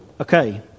Okay